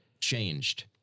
changed